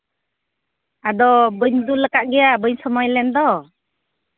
ᱟᱫᱚ ᱵᱟᱹᱧ ᱫᱩᱞ ᱠᱟᱜ ᱜᱮᱭᱟ ᱵᱟᱹᱧ ᱥᱚᱢᱚᱭ ᱞᱮᱱᱫᱚ